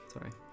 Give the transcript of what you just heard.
Sorry